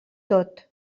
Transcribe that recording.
tot